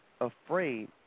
afraid